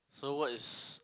so what is